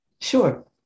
Sure